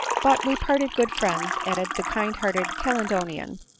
but we parted good friends, added the kind-hearted caledonian,